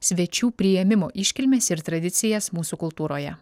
svečių priėmimo iškilmes ir tradicijas mūsų kultūroje